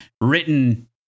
written